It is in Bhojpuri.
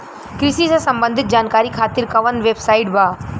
कृषि से संबंधित जानकारी खातिर कवन वेबसाइट बा?